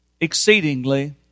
exceedingly